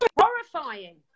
horrifying